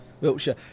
Wiltshire